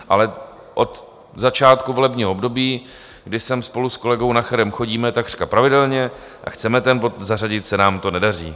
Ale od začátku volebního období, kdy sem spolu s kolegou Nacherem chodíme takřka pravidelně a chceme ten bod zařadit, se nám to nedaří.